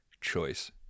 choice